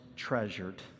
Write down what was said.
treasured